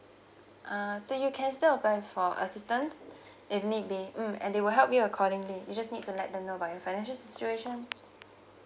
uh so you can still apply for assistance if need be mm and they will help you accordingly you just need to let them know about your financial situation